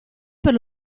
per